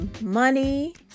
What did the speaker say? money